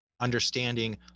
Understanding